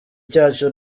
cyacu